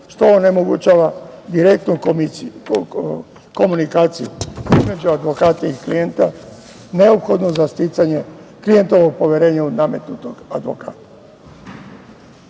što onemogućava direktnu komunikaciju između advokata i klijenta neophodno za sticanje klijentovog poverenja od nadmetnutog advokata. Sa